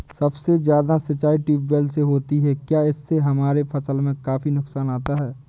सबसे ज्यादा सिंचाई ट्यूबवेल से होती है क्या इससे हमारे फसल में काफी नुकसान आता है?